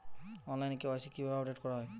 অনলাইনে কে.ওয়াই.সি কিভাবে আপডেট করা হয়?